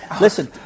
Listen